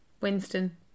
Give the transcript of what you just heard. winston